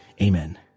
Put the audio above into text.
Amen